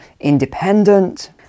independent